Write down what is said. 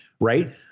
right